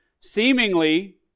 seemingly